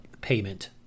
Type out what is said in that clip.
payment